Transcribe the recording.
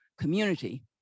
community